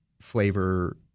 flavor